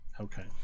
Okay